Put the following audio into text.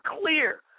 clear